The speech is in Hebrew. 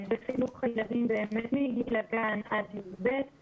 חינוך למורכבות מצד אחד --- בין הדברים השונים.